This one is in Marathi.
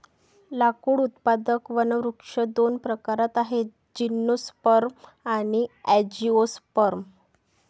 लाकूड उत्पादक वनवृक्ष दोन प्रकारात आहेतः जिम्नोस्पर्म आणि अँजिओस्पर्म